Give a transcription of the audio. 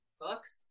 books